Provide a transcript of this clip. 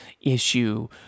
issue